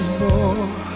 more